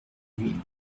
lui